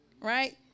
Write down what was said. right